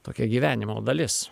tokia gyvenimo dalis